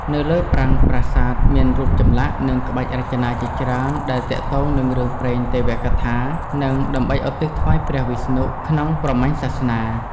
នៅលើប្រាង្គប្រាសាទមានរូបចម្លាក់និងក្បាច់រចនាជាច្រើនដែលទាក់ទងនិងរឿងព្រេងទេវកថានិងដើម្បីឧទ្ទិសថ្វាយព្រះវិស្ណុ ក្នុងព្រហ្មញ្ញសាសនា។